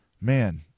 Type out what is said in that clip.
man